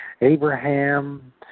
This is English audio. Abraham